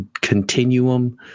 Continuum